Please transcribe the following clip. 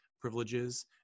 privileges